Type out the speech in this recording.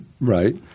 Right